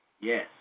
Yes